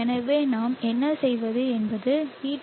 எனவே நாம் என்ன செய்வது என்பது vT